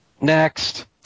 Next